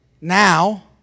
Now